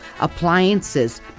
appliances